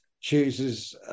chooses